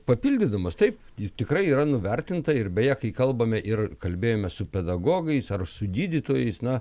papildydamas taip ji tikrai yra nuvertinta ir beje kai kalbame ir kalbėjome su pedagogais ar su gydytojais na